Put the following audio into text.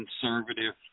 conservative